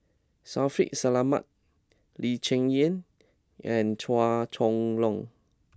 Shaffiq Selamat Lee Cheng Yan and Chua Chong Long